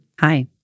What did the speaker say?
Hi